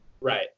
Right